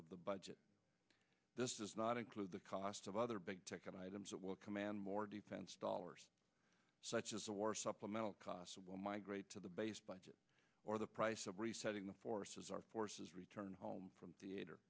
of the budget does not include the cost of other big ticket items that will command more depends dollars such as the war supplemental costs will migrate to the base budget or the price of resetting the forces our forces return home from the